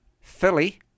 Philly